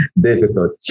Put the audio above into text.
difficult